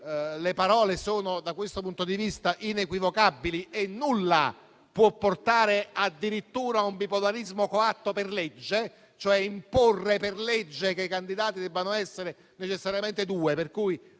le parole sono da questo punto di vista inequivocabili e nulla può portare addirittura a un bipolarismo coatto per legge, cioè a imporre per legge che i candidati debbano essere necessariamente due,